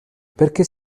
perché